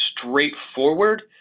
straightforward